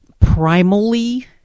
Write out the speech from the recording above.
primally